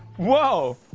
whoa,